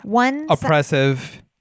Oppressive